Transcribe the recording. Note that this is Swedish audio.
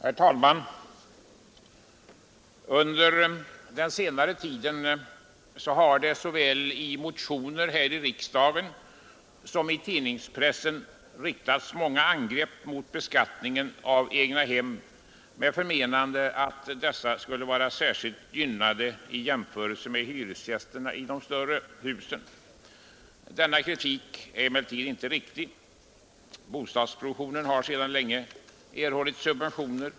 Herr talman! Under den senaste tiden har det såväl i motioner här i riksdagen som i tidningspressen riktats många angrepp mot beskattningen av egnahem, med förmenande att dessa skulle vara särskilt gynnade i jämförelse med hyreslägenheter i de större husen. Denna kritik är inte riktig. Bostadsproduktionen har sedan länge subventionerats.